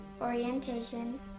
orientation